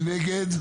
נגד?